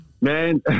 Man